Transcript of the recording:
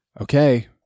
Okay